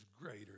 greater